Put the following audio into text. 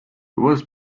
was